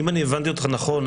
אם אני הבנתי אותך נכון,